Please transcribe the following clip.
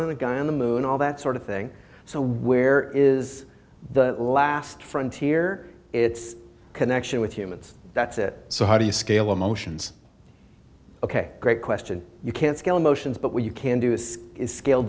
a guy on the moon all that sort of thing so where is the last frontier its connection with humans that's it so how do you scale emotions ok great question you can't scale emotions but what you can do is scale